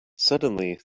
suddenly